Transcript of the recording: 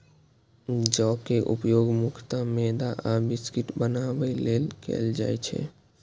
जौ के उपयोग मुख्यतः मैदा आ बिस्कुट बनाबै लेल कैल जाइ छै